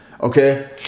Okay